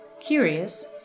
Curious